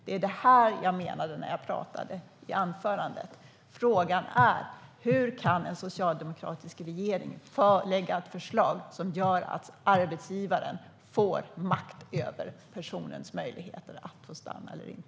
Det var det jag menade i mitt anförande. Frågan är: Hur kan en socialdemokratisk regering lägga fram ett förslag som gör att arbetsgivaren får makt över personens möjligheter att få stanna eller inte?